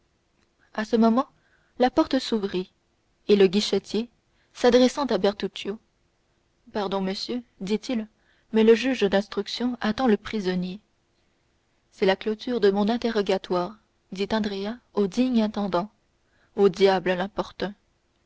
à ce moment la porte s'ouvrit et le guichetier s'adressant à bertuccio pardon monsieur dit-il mais le juge d'instruction attend le prisonnier c'est la clôture de mon interrogatoire dit andrea au digne intendant au diable l'importun